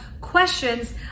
questions